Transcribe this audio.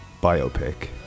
biopic